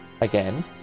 again